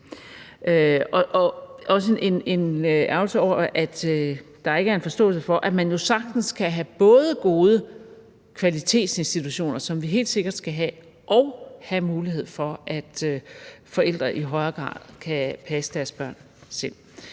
har også en ærgrelse over, at der ikke er en forståelse for, at man jo sagtens kan have både gode kvalitetsinstitutioner – som vi helt sikkert skal have – og have mulighed for, at forældre i højere grad kan passe deres børn selv.